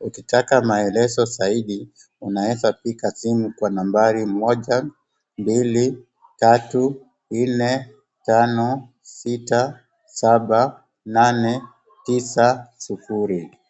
Ukitaka maelezo zaidi unaeza simu kwa nambari 1234567890.